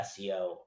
SEO